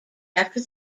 after